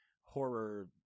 horror